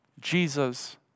Jesus